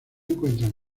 encuentran